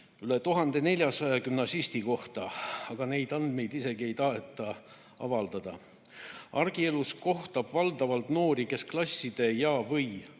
üle 1400 gümnasisti kohta (aga neid andmeid ei taheta isegi avaldada). Argielus kohtab valdavalt noori, kes klasside ja/või